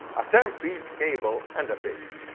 a ten feet cable and a pick.